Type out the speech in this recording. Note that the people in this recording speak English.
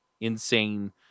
insane